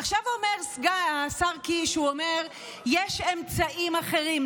עכשיו, אומר השר קיש שיש אמצעים אחרים.